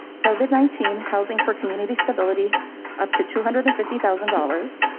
covid nineteen housing for community stability up to two hundred and fifty thousand dollars.